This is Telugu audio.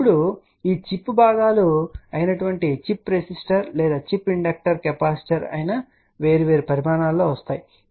ఇప్పుడు ఈ చిప్ భాగాలు అయినా చిప్ రెసిస్టర్ లేదా చిప్ ఇండక్టర్ కెపాసిటర్ అయినా అవి వేర్వేరు పరిమాణాలలో వస్తాయి సరే